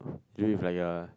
do it with like a